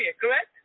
correct